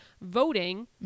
voting